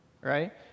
right